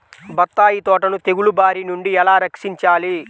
బత్తాయి తోటను తెగులు బారి నుండి ఎలా రక్షించాలి?